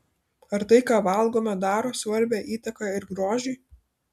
ar tai ką valgome daro svarbią įtaką ir grožiui